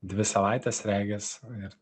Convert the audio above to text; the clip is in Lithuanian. dvi savaites regis ir